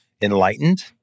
enlightened